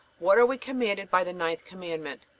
what are we commanded by the ninth commandment?